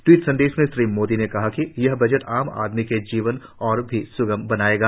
tweet संदेशों में श्री मोदी ने कहा कि यह बजट आम आदमी के जीवन और भी स्गम बनायेगा